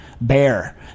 bear